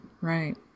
right